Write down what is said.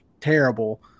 terrible